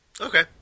Okay